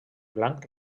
blanc